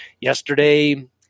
Yesterday